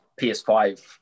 PS5